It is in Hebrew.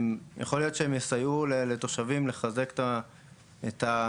יכול להיות שהם יסייעו לתושבים לחזק את המבנים